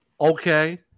okay